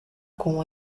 com